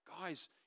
Guys